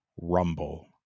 Rumble